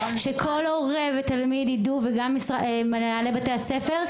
שכל הורה ותלמיד ידעו וגם מנהלי בתי הספר,